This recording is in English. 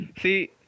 See